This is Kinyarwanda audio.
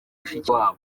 mushikiwabo